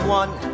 one